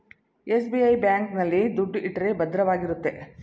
SBI bank ಆಲ್ಲಿ ದುಡ್ಡು ಇಟ್ಟರೆ ಭದ್ರವಾಗಿರುತ್ತೆ